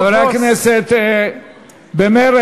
חברי הכנסת ממרצ,